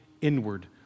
inward